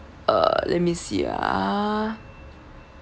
err let me see ah